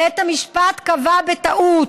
בית המשפט קבע בטעות,